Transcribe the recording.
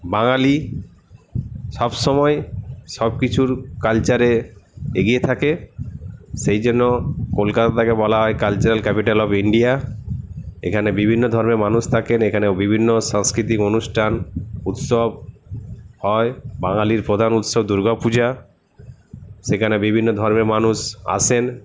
বাঙালি সবসময় সবকিছুর কালচারে এগিয়ে থাকে সেই জন্য কলকাতাকে বলা হয় কালচারাল ক্যাপিটাল অফ ইন্ডিয়া এইখানে বিভিন্ন ধর্মের মানুষ থাকেন এখানে বিভিন্ন সাংস্কৃতিক অনুষ্ঠান উৎসব হয় বাঙালির প্রধান উৎসব দুর্গা পূজা সেখানে বিভিন্ন ধর্মের মানুষ আসেন